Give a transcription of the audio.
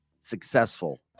successful